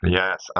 yes